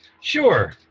Sure